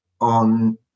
on